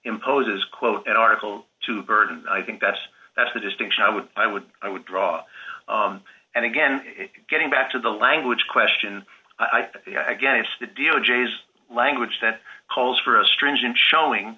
imposes quote in article two burden i think that's that's the distinction i would i would i would draw and again getting back to the language question i think again it's the d o g s language that calls for a stringent showing